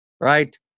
right